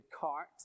cart